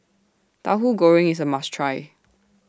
Tahu Goreng IS A must Try